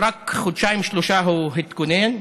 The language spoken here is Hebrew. רק חודשיים-שלושה הוא התכונן,